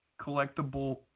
collectible